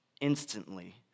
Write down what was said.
instantly